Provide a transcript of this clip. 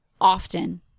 often